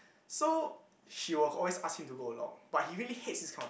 so she will always ask him to go along but he really hates this kind of